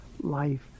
life